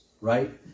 right